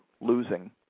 losing